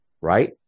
right